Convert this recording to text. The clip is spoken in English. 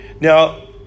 Now